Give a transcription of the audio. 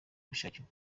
gushakirwa